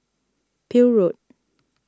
Peel Road